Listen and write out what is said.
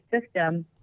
system